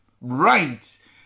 right